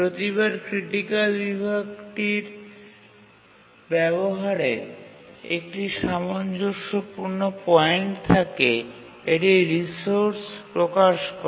প্রতিবার ক্রিটিকাল বিভাগটির ব্যবহারে একটি সামঞ্জস্যপূর্ণ পয়েন্ট থাকে এটি রিসোর্স প্রকাশ করে